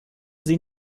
sie